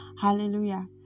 Hallelujah